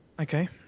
Okay